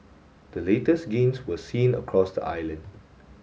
the latest gains were seen across the island